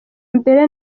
mbere